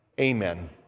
Amen